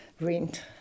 rent